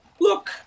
look